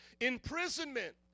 Imprisonment